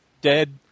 Dead